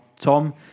Tom